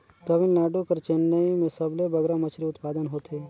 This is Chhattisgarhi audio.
तमिलनाडु कर चेन्नई में सबले बगरा मछरी उत्पादन होथे